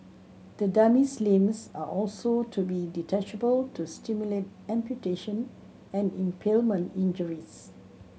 the dummy's limbs are also to be detachable to simulate amputation and impalement injuries